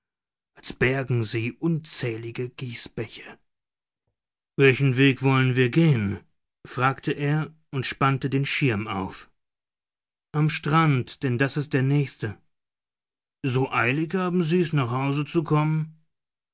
als bärgen sie unzählige gießbäche welchen weg wollen wir gehen fragte er und spannte den schirm auf am strand denn das ist der nächste so eilig haben sie's nach hause zu kommen